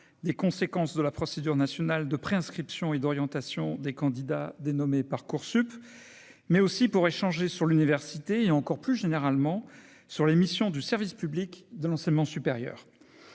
des conséquences de la procédure nationale de préinscription et d'orientation des candidats dénommée Parcoursup, mais aussi pour échanger sur l'université et encore plus généralement sur les missions du service public de l'enseignement supérieur,